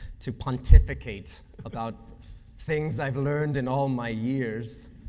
to pontificate about things i've learned in all my years.